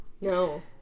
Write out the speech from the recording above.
no